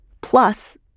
plus